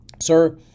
Sir